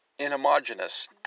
inhomogeneous